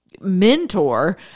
mentor